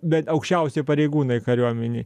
bent aukščiausi pareigūnai kariuomenėj